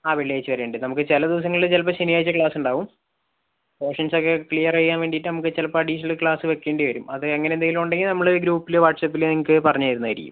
ആ വെള്ളിയാഴ്ച വരെയുണ്ട് നമുക്ക് ചിലദിവസങ്ങളില് ചിലപ്പോൾ ശനിയാഴ്ച ക്ലാസ്സുണ്ടാവും പോഷൻസ് ക്ലിയർ ചെയ്യാൻ വേണ്ടിയിട്ട് നമുക്ക് ചിലപ്പോൾ അഡിഷണൽ ക്ലാസ് വെക്കേണ്ടിവരും അത് അങ്ങനെന്തെങ്കിലുമുണ്ടെങ്കിൽ നമ്മള് ഗ്രൂപ്പില് വാട്സപ്പില് നിങ്ങൾക്ക് പറഞ്ഞുതരുന്നതായിരിക്കും